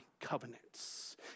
covenants